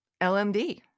lmd